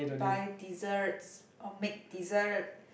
buy desserts or make dessert